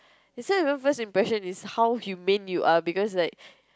this one is not first impression is how humane you are because like